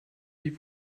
wie